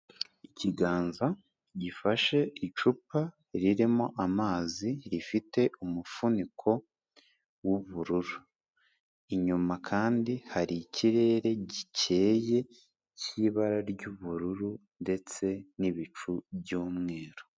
Ikiganza gifashe icupa ririmo amazi rifite umufuniko w'ubururu. Inyuma kandi hari ikirere gikeye cy'ibara ry'ubururu ndetse n'ibicu by'umweru.